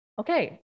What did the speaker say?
okay